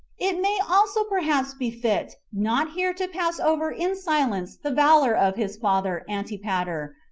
it may also perhaps be fit not here to pass over in silence the valor of his father antipater,